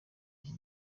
iki